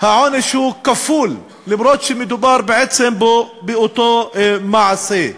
העונש הוא כפול, אף-על-פי שמדובר בעצם באותו מעשה.